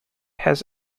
has